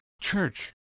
church